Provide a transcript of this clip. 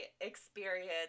experience